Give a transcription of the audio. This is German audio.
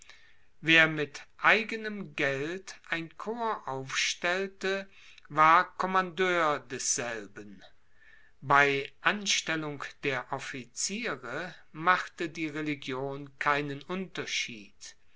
wer mit eigenem geld ein corps aufstellte war commandeur desselben bei anstellung der officiere machte die religion keinen unterschied